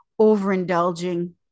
overindulging